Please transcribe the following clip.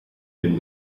den